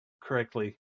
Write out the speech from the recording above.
correctly